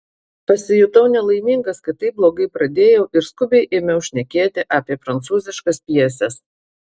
pasijutau nelaimingas kad taip blogai pradėjau ir skubiai ėmiau šnekėti apie prancūziškas pjeses